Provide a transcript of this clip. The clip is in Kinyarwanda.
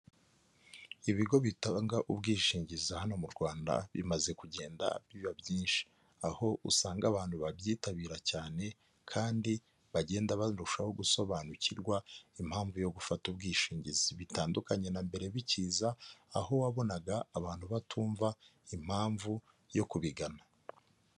Ibigo bitanga ubwishingizi hano mu rwanda bimaze kugenda biba byinshi aho usanga abantu babyitabira cyane kandi bagenda barushaho gusobanukirwa impamvu yo gufata ubwishingizi bitandukanye na mbere bikiza aho wabonaga abantu batumva impamvu yo kubigana.